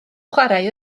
chwarae